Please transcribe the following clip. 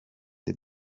the